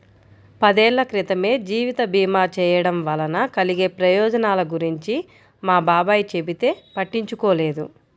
పదేళ్ళ క్రితమే జీవిత భీమా చేయడం వలన కలిగే ప్రయోజనాల గురించి మా బాబాయ్ చెబితే పట్టించుకోలేదు